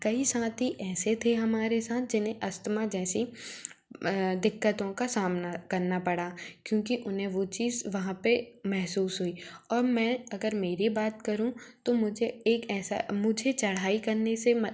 कई साथी ऐसे थे हमारे साथ जिन्हें अस्थमा जैसी दिक्कतों का सामना करना पड़ा क्योंकि उन्हें वह चीज़ वहाँ पर महसूस हुई और मैं अगर मेरी बात करूँ तो मुझे एक ऐसा मुझे चढ़ाई करने से